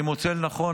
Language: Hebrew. אני מוצא לנכון,